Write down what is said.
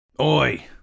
Oi